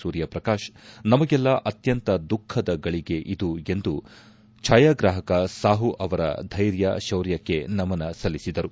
ಸೂರ್ಯಪ್ರಕಾಶ್ ನಮಗೆಲ್ಲಾ ಅತ್ಯಂತ ದುಃಖದ ಗಳಿಗೆ ಇದು ಎಂದು ಛಾಯಾಗ್ರಾಹಕ ಸಾಹು ಅವರ ಧ್ಲೆರ್ಯ ಶೌರ್ಯಕ್ಷೆ ನಮನ ಸಲ್ಲಿಸಿದರು